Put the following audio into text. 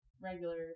regular